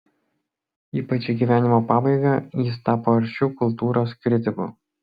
ypač į gyvenimo pabaigą jis tapo aršiu kultūros kritiku